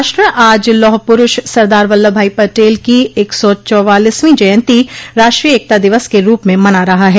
राष्ट्र आज लौह पुरुष सरदार वल्लभ भाई पटेल की एक सौ चौवालीसवीं जयंती राष्ट्रीय एकता दिवस के रूप में मना रहा है